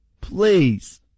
please